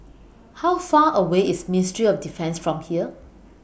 How Far away IS Ministry of Defence from here